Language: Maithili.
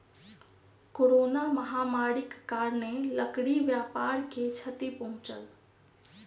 कोरोना महामारीक कारणेँ लकड़ी व्यापार के क्षति पहुँचल